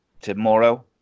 tomorrow